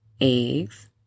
eggs